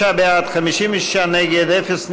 46 בעד, 56 נגד, אפס נמנעים.